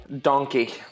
Donkey